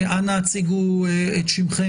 אנא הציגו את שמכם